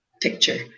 picture